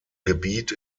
gebiet